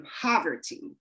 poverty